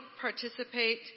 participate